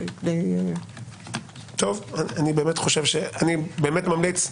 אני באמת ממליץ,